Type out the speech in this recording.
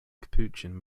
capuchin